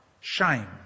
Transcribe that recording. shame